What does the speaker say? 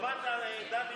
איתן, שמעת, דוד